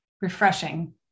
refreshing